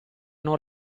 non